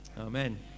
Amen